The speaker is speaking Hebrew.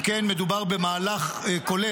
אם כן, מדובר במהלך כולל.